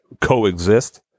coexist